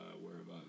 whereabouts